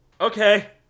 Okay